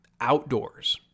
outdoors